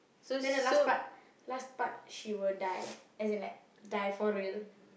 then the last part last part she will die as in like die for real